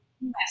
Yes